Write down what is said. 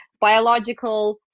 biological